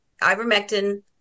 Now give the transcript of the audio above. ivermectin